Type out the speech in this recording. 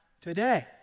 today